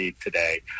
today